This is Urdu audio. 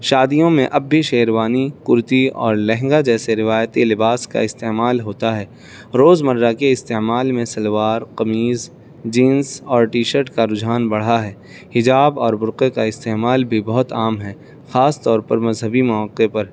شادیوں میں اب بھی شیروانی کرتی اور لہنگا جیسے روایتی لباس کا استعمال ہوتا ہے روزمرہ کے استعمال میں سلوار قمیض جینس اور ٹی شرٹ کا رجحان بڑھا ہے حجاب اور برقعے کا استعمال بھی بہت عام ہے خاص طور پر مذہبی مواقع پر